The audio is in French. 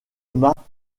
mâts